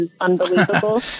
unbelievable